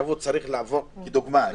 עכשיו הוא צריך לעבור ---?